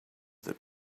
that